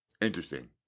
Interesting